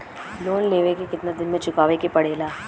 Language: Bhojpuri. लोन लेवे के कितना दिन मे चुकावे के पड़ेला?